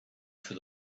for